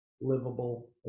livable